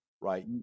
right